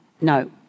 no